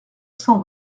cent